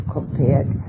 compared